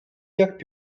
jak